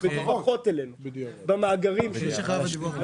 במאגרים שלנו.